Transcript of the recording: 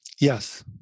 Yes